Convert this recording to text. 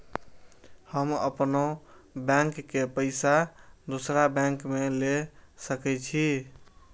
हम अपनों बैंक के पैसा दुसरा बैंक में ले सके छी?